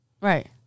Right